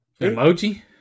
Emoji